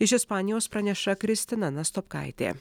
iš ispanijos praneša kristina nastopkaitė